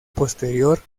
posterior